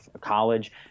college